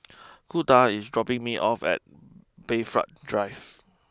Kunta is dropping me off at Bayfront Drive